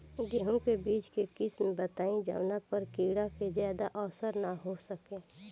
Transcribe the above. गेहूं के बीज के किस्म बताई जवना पर कीड़ा के ज्यादा असर न हो सके?